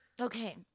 Okay